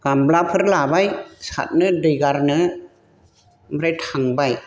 गामलाफोर लाबाय साथनो दै गारनो आमफ्राय थांबाय